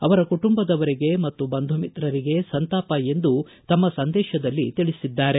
ಅವರ ಕುಟುಂಬದವರಿಗೆ ಮತ್ತು ಬಂಧು ಮಿತ್ರರಿಗೆ ಸಂತಾಪ ಎಂದು ತಮ್ನ ಸಂದೇಶದಲ್ಲಿ ತಿಳಿಸಿದ್ದಾರೆ